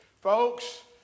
Folks